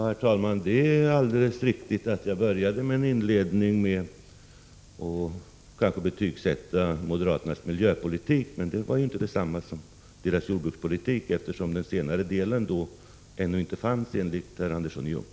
Herr talman! Det är alldeles riktigt att jag började med att betygsätta moderaternas miljöpolitik. Men det var inte detsamma som deras jordbrukspolitik, eftersom den sistnämnda ännu inte fanns, enligt herr Andersson i Ljung.